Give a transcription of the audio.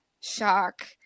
shock